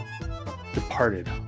departed